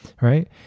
Right